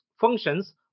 functions